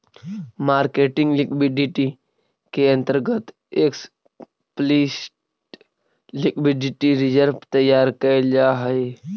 marketing liquidity के अंतर्गत explicit liquidity reserve तैयार कैल जा हई